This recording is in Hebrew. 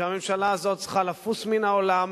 שהממשלה הזאת צריכה לפוס מן העולם